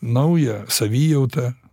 naują savijautą